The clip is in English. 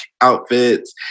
outfits